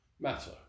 matter